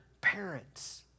parents